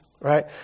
Right